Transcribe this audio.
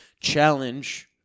challenge